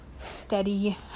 steady